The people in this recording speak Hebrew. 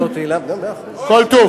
כל טוב.